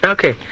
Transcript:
Okay